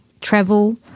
travel